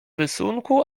rysunku